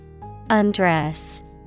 Undress